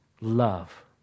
love